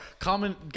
Comment